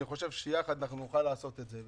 אני חושב שיחד נוכל לעשות את זה.